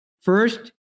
First